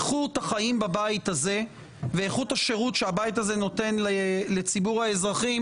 איכות החיים בבית הזה ואיכות השירות שהבית הזה נותן לציבור האזרחים,